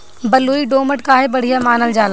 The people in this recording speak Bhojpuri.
बलुई दोमट काहे बढ़िया मानल जाला?